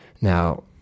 now